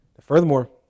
Furthermore